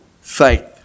faith